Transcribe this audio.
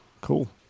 Cool